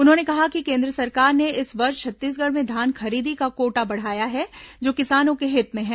उन्होंने कहा कि केन्द्र सरकार ने इस वर्ष छत्तीसगढ़ में धान खरीदी का कोटा बढ़ाया है जो किसानों के हित में है